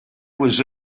was